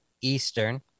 Eastern